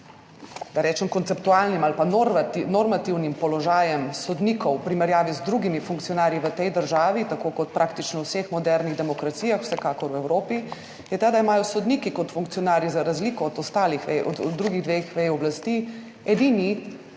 da rečem, konceptualnim ali pa normativnim položajem sodnikov v primerjavi z drugimi funkcionarji v tej državi, tako kot praktično v vseh modernih demokracijah, vsekakor v Evropi, je ta, da imajo sodniki kot funkcionarji za razliko od ostalih vej, drugih dveh vej oblasti, edini